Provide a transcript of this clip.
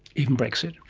even brexit?